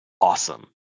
awesome